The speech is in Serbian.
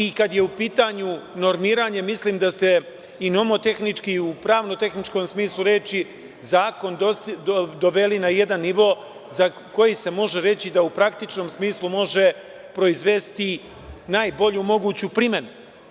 I kad je u pitanju normiranje, mislim da ste i nomotehnički i u pravno-tehničkom smislu reči zakon doveli na jedan nivo za koji se može reći da u praktičnom smislu može proizvesti najbolju moguću primenu.